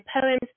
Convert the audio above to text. poems